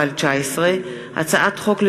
פ/1344/19 וכלה בהצעת חוק פ/1390/19,